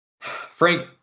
frank